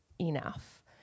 enough